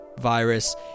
virus